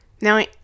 Now